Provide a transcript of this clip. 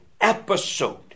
episode